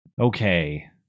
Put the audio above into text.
Okay